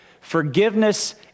forgiveness